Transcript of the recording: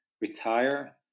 retire